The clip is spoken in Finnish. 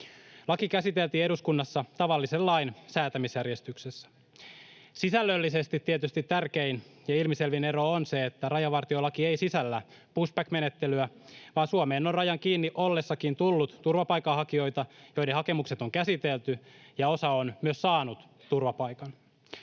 Laki käsiteltiin eduskunnassa tavallisen lain säätämisjärjestyksessä. Sisällöllisesti tietysti tärkein ja ilmiselvin ero on se, että rajavartiolaki ei sisällä pushback-menettelyä, vaan Suomeen on rajan kiinni ollessakin tullut turvapaikanhakijoita, joiden hakemukset on käsitelty ja joista osa on myös saanut turvapaikan.